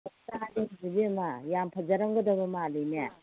ꯇꯥꯔꯦ ꯏꯕꯦꯝꯃ ꯌꯥꯝ ꯐꯖꯔꯝꯒꯗꯕ ꯃꯥꯜꯂꯤꯅꯦ